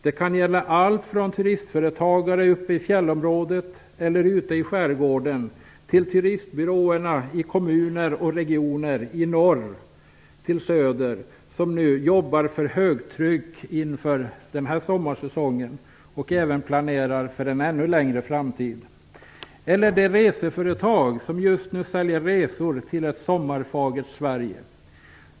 Det kan gälla allt från turistföretagare uppe i fjällområdet eller ute i skärgården till de turistbyråer i kommuner och regioner från norr till söder som nu jobbar för högtryck inför den här sommarsäsongen och även planerar för en ännu längre framtid. Det kan också gälla det reseföretag som just nu säljer resor till ett sommarfagert Sverige.